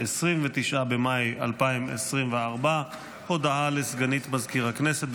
29 במאי 2024. הודעה לסגנית מזכיר הכנסת,